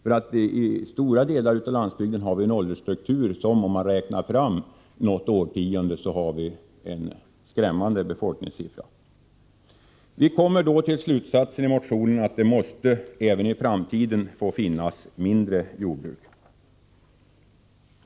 Om vi gör en beräkning som sträcker sig något årtionde framåt finner vi nämligen att det annars blir skrämmande befolkningssiffror. I motionen kommer vi till slutsatsen, att det även i framtiden måste få finnas mindre jordbruk.